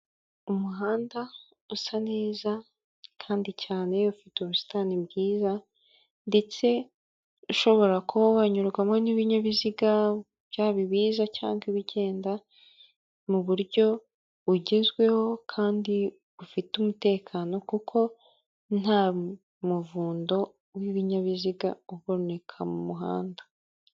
Umuhanda usa neza kandi cyane iyo ufite ubusitani bwiza ndetse ushobora kuba wanyurwamo n'ibinyabiziga byaba ibiza cyangwa ibigenda mu buryo bugezweho kandi bufite umutekano, kuko nta muvundo w'ibinyabiziga uboneka mu muhanda.